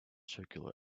circular